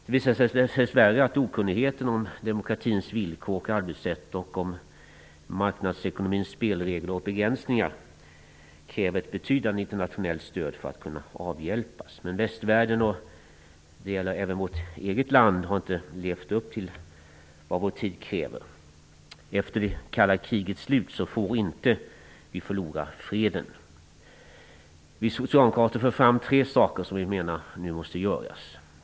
Det visar sig dess värre att okunnigheten om demokratins villkor och arbetssätt samt om marknadekonomins spelregler och begränsningar kräver ett betydande internationellt stöd för att kunna avhjälpas. Men västvärlden -- det gäller även vårt land -- har inte levt upp till vad vår tid kräver. Efter det kalla krigets slut får vi inte förlora freden. Vi socialdemokrater för fram tre saker som vi menar måste göras nu.